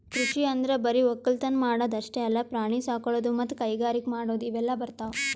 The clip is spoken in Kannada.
ಕೃಷಿ ಅಂದ್ರ ಬರಿ ವಕ್ಕಲತನ್ ಮಾಡದ್ ಅಷ್ಟೇ ಅಲ್ಲ ಪ್ರಾಣಿ ಸಾಕೊಳದು ಮತ್ತ್ ಕೈಗಾರಿಕ್ ಮಾಡದು ಇವೆಲ್ಲ ಬರ್ತವ್